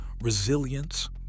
resilience